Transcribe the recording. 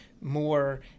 more